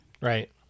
Right